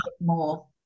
more